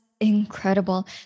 Incredible